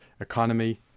economy